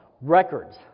Records